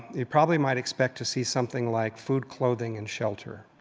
you probably might expect to see something like food, clothing, and shelter,